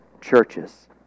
churches